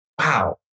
wow